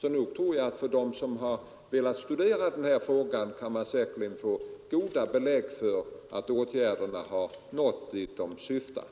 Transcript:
Jag tror alltså att de som vill studera denna fråga kan få goda belägg för att åtgärderna har nått dit de syftat.